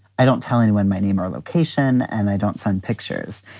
i don't tell anyone my name or location and i don't sign pictures.